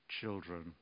children